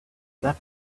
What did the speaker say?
that